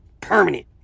permanent